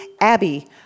Abby